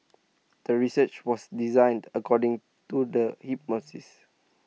the research was designed according to the hypothesis